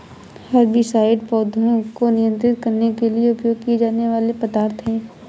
herbicides पौधों को नियंत्रित करने के लिए उपयोग किए जाने वाले पदार्थ हैं